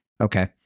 okay